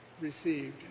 received